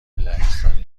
لهستانی